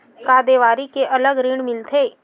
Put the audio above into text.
का देवारी के अलग ऋण मिलथे?